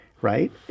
right